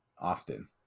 often